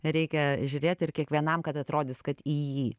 reikia žiūrėti ir kiekvienam kad atrodys kad į jį